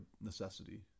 necessity